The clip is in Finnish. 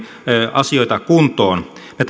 asioita kuntoon me